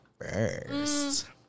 first